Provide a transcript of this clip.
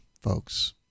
folks